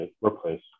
workplace